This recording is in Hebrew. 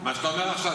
מה שאתה אומר עכשיו,